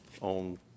on